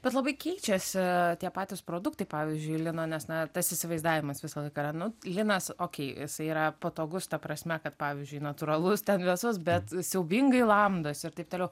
bet labai keičiasi tie patys produktai pavyzdžiui lino nes na tas įsivaizdavimas visą laik yra nu linas okei jisai yra patogus ta prasme kad pavyzdžiui natūralus ten vėsus bet siaubingai lamdosi ir taip toliau